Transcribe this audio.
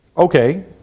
Okay